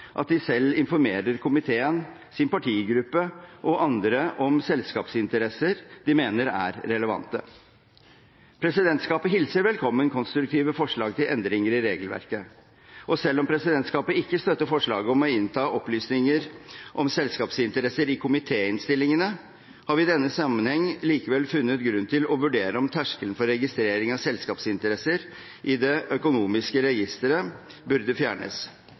at de selv informerer komiteen, sin partigruppe og andre om selskapsinteresser de mener er relevante. Presidentskapet hilser velkommen konstruktive forslag til endringer i regelverket. Selv om presidentskapet ikke støtter forslaget om å innta opplysninger om selskapsinteresser i komitéinnstillingene, har vi i denne sammenheng likevel funnet grunn til å vurdere om terskelen for registrering av selskapsinteresser i det økonomiske registeret burde fjernes,